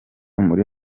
muri